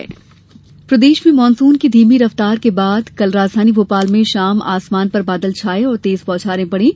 मौसम मध्यप्रदेश में मानसून की धीमी रफ्तार के बाद कल राजधानी में शाम आसमान पर बादल छाये और तेज बौछारें पड़ी